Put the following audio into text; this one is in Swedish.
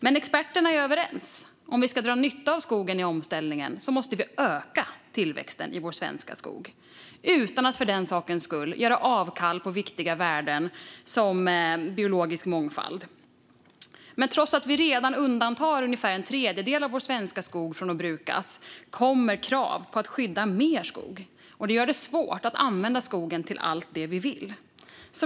Men experterna är överens: Om vi ska dra nytta av skogen i omställningen måste vi öka tillväxten i vår svenska skog, utan att för den skull göra avkall på viktiga värden som biologisk mångfald. Trots att vi redan undantar mer än en tredjedel av vår svenska skog från att brukas kommer krav på att skydda mer skog, och detta gör det svårt att använda skogen till allt det vi vill.